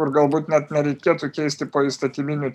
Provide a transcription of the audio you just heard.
ir galbūt net nereikėtų keisti poįstatyminių